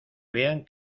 vean